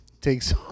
takes